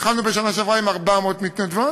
התחלנו בשנה שעברה עם 400 מתנדבות,